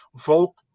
Volk